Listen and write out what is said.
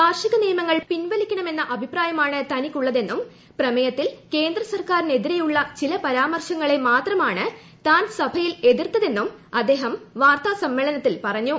കാർഷിക നിയമങ്ങൾ പിൻവലിക്കണമെന്ന അഭിപ്രായമാണ് തനിക്കുള്ളതെന്നും പ്രമേയത്തിൽ കേന്ദ്ര സർക്കാരിനെതിരെയുള്ള ചില പരാമർശങ്ങളെ മാത്രമാണ് താൻ സഭയിൽ എതിർത്തതെന്നും അദ്ദേഹം വാർത്ത സമ്മേളനത്തിൽ പറഞ്ഞു